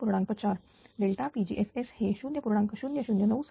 4 pgss हे 0